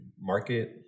Market